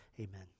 amen